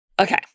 Okay